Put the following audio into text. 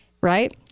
Right